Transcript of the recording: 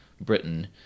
Britain